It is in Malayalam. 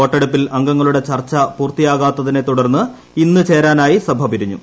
വോട്ടെടുപ്പിൽ അംഗങ്ങളുടെ ചർച്ച പൂർത്തിയാകാത്തതിനെ തുടർന്ന് ഇന്ന് ചേരാനായി സഭ പിരിഞ്ഞു